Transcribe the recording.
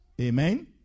Amen